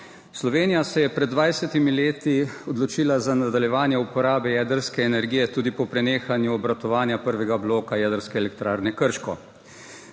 Slovenija se je pred 20 leti odločila za nadaljevanje uporabe jedrske energije tudi po prenehanju obratovanja prvega bloka jedrske elektrarne Krško.